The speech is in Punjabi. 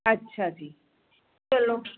ਅੱਛਾ ਜੀ ਚਲੋ